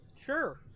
Sure